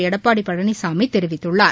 எடப்பாடிபழனிசாமிதெரிவித்துள்ளார்